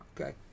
Okay